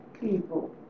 people